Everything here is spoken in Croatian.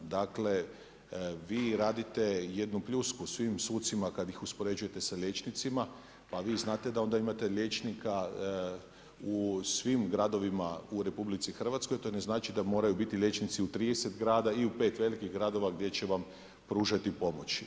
Dakle, vi radite jednu pljusku svim sucima kad ih uspoređujete sa liječnicima pa vi znate da onda imate liječnika u svim gradovima u RH, to ne znači da moraju biti liječnici u 30 grada i u 5 velikih gradova gdje će vam pružati pomoć.